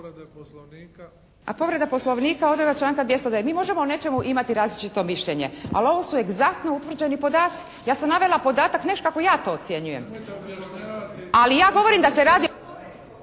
Pa povreda Poslovnika, odredba članka 209. Mi možemo o nečemu imati različito mišljenje, ali ovo su egzaktno utvrđeni podaci. Ja sam navela podatak ne kako ja to ocjenjujem, ali ja govorim da se radi